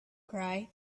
cry